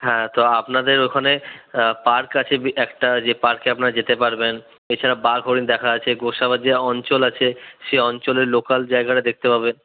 হ্যাঁ তো আপনাদের ওখানে পার্ক আছে একটা যে পার্কে আপনারা যেতে পারবেন এ ছাড়া বাঘ হরিণ দেখার আছে গোসাবা যে অঞ্চল আছে সেই অঞ্চলের লোকাল জায়গাটা দেখতে পাবে